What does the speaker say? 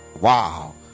Wow